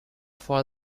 for